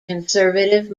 conservative